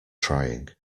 trying